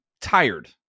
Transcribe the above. tired